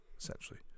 essentially